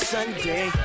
Sunday